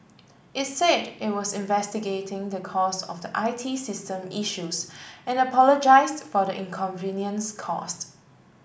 it said it was investigating the cause of the I T system issues and apologised for inconvenience caused